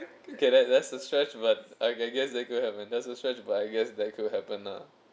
okay that that's a stretch but I can guess that could happen that's a stretch but I guess that could happen lah